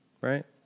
right